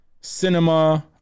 cinema